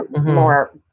more